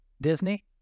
Disney